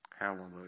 Hallelujah